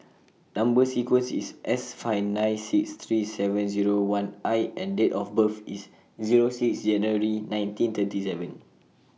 Number sequence IS S five nine six three seven Zero one I and Date of birth IS Zero six January nineteen thirty seven